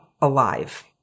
alive